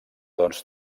doncs